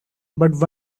but